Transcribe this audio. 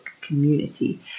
community